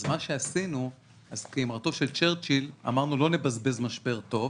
אז כאמרתו של צ'רצ'יל אמרנו שלא נבזבז משבר טוב,